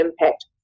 impact